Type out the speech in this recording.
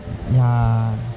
ya